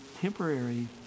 temporary